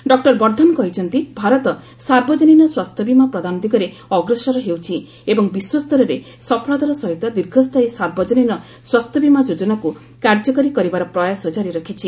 doctor Vardhan କହିଛନ୍ତି ଭାରତ ସାର୍ବଜନୀନ ସ୍ୱାସ୍ଥ୍ୟବୀମା ପ୍ରଦାନ ଦିଗରେ ଅଗ୍ରସର ହେଉଛି ଏବଂ ବିଶ୍ୱସରରେ ସଫଳତାର ସହିତ ଦୀର୍ଘସ୍ଥାୟୀ ସାର୍ବଜନୀନ ସ୍ୱାସ୍ଥ୍ୟବୀମା ଯୋଜନାକୁ କାର୍ଯ୍ୟକାରୀ କରିବାର ପ୍ରୟାସ କାରି ରଖିଛି